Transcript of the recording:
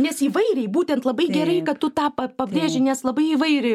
nes įvairiai būtent labai gerai kad tu tą pabrėži nes labai įvairiai